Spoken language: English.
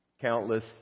countless